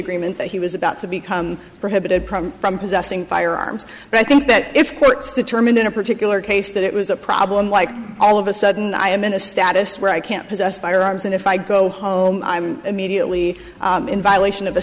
agreement that he was about to become prohibited from possessing firearms and i think that if courts determine in a particular case that it was a problem like all of a sudden i am in a status where i can't possess firearms and if i go home i'm immediately in violation